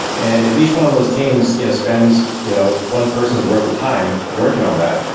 and if each one of those teams you know spends you know one person's worth of time working on that,